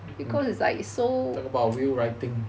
talk about will writing